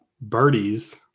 birdies